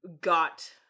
got